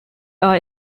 are